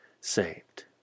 saved